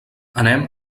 anem